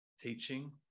teaching